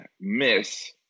miss